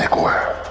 where